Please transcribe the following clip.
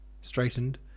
straightened